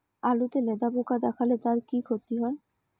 আলুতে লেদা পোকা দেখালে তার কি ক্ষতি হয়?